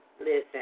Listen